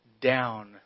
down